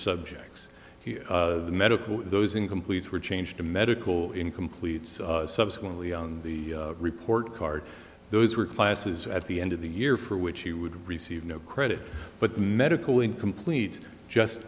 subjects of medical those incomplete were changed to medical incomplete subsequently on the report card those were classes at the end of the year for which he would receive no credit but medical incomplete just